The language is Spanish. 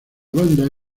banda